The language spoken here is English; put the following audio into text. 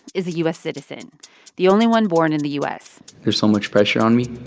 is a u s. citizen the only one born in the u s there's so much pressure on me